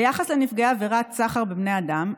ביחס לנפגעי עבירת סחר בבני אדם,